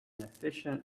efficient